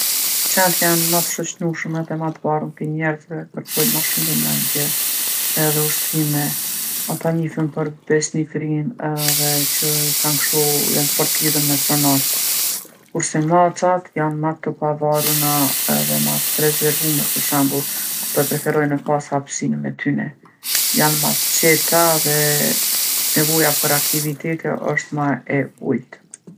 Qentë janë ma t'shoqnushëm edhe ma t'varun pi njerzve, kerkojnë ma shumë vëmendje edhe ushtrime. Ata njifen për besnikrinë edhe që e kan kshtu, jon fort t'lidhun me pronart. Kurse macat janë ma të pavaruna edhe ma t'rezervume, për shembull ato preferojnë me pasë hapsinën e tyne. Janë ma t'qeta edhe nevoja per aktivitete osht ma e ultë.